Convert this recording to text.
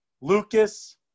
Lucas